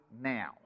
now